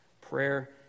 Prayer